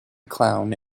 clown